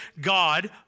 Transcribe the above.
God